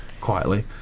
quietly